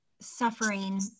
suffering